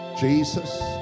Jesus